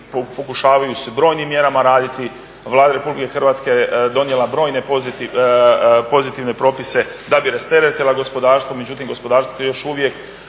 pokušavaju se brojnim mjerama raditi, Vlada Republike Hrvatske donijela je brojne pozitivne propise da bi rasteretila gospodarstvo, međutim gospodarstvo još uvijek